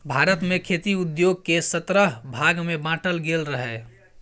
भारत मे खेती उद्योग केँ सतरह भाग मे बाँटल गेल रहय